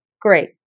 great